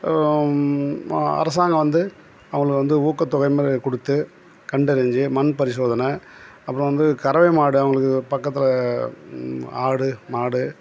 அரசாங்கம் வந்து அவங்களுக்கு வந்து ஊக்கத்தொகை மாதிரி கொடுத்து கண்டறிஞ்சு மண் பரிசோதனை அப்புறம் வந்து கறவை மாடு அவங்களுக்கு பக்கத்தில் ஆடு மாடு